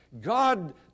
God